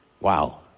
Wow